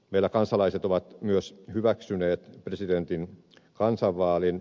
meillä kansalaiset ovat myös hyväksyneet presidentin kansanvaalin